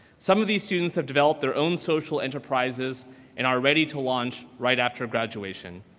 some of these students have developed their own social enterprises and are ready to launch right after graduation.